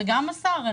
גם השר,